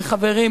וחברים,